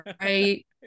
right